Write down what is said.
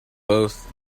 both